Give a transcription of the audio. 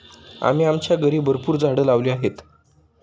आम्ही आमच्या घरी भरपूर झाडं लावली आहेत